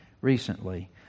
recently